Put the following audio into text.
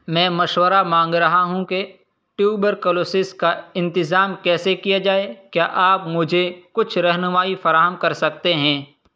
میں مشورہ مانگ رہا ہوں کہ ٹیوبرکلوسز کا انتظام کیسے کیا جائے کیا آپ مجھے کچھ رہنمائی فراہم کر سکتے ہیں